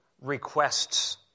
requests